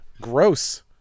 gross